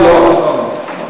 לא, לא.